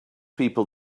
people